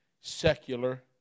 secular